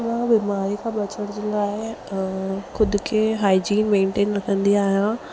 मां बीमारी खां बचण जे लाइ ख़ुदि खे हाईजीन मेंटेन रखंदी आहियां